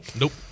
Nope